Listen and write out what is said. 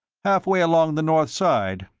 halfway along the north side.